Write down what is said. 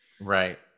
right